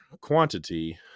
quantity